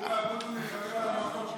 הוא ואבוטבול נלחמים על המקום,